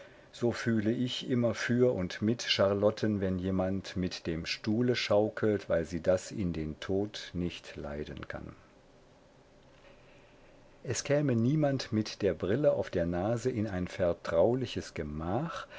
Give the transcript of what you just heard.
so fühle ich immer für und mit charlotten wenn jemand mit dem stuhle schaukelt weil sie das in den tod nicht leiden kann es käme niemand mit der brille auf der nase in ein vertrauliches gemach